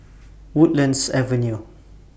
Woodlands Avenue